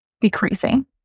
decreasing